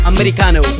Americano